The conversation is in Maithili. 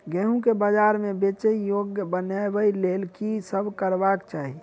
गेंहूँ केँ बजार मे बेचै योग्य बनाबय लेल की सब करबाक चाहि?